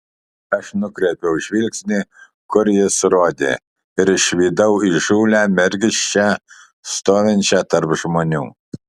aš nukreipiau žvilgsnį kur jis rodė ir išvydau įžūlią mergiščią stovinčią tarp žmonių